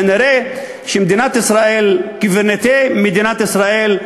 כנראה קברניטי מדינת ישראל,